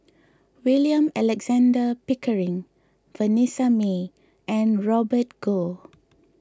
William Alexander Pickering Vanessa Mae and Robert Goh